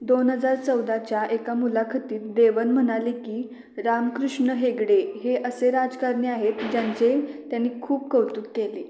दोन हजार चौदाच्या एका मुलाखतीत देवन म्हणाले की रामकृष्ण हेगडे हे असे राजकारणी आहेत ज्यांचे त्यांनी खूप कौतुक केले